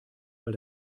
weil